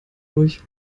durch